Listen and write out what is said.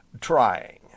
trying